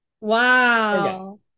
Wow